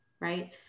Right